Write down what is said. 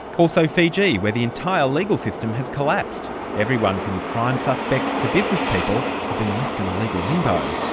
also, fiji, where the entire legal system has collapsed. everyone from crime suspects to business people have been left in a legal limbo.